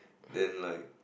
then like